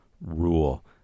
rule